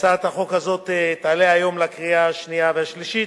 הצעת החוק הזאת תעלה היום לקריאה השנייה והשלישית,